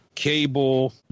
Cable